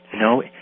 No